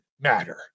matter